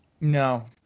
No